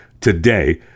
today